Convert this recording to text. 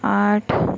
आठ